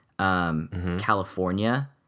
California